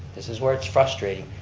this is where it's frustrating,